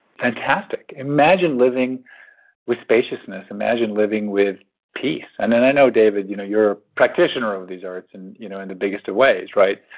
fantastic. imagine living with spaciousness. imagine living with peace. and and i know, david, you know you're a practitioner of these arts in you know and the biggest of ways, right?